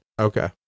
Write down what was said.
Okay